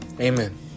amen